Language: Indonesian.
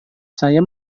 saya